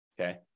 Okay